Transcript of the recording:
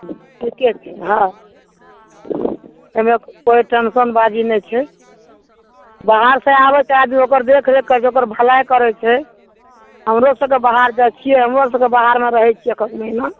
ठीके छै हँ एहिमे कोइ टेंशनबाजी नहि छै बाहर से आबैत आदमी ओकर देखि रेख करैत छै ओकर भलाइ करय छै हमरो सबके बाहर जाइ छियै हमरो सबके बाहरमे रहै छियै कखनी ने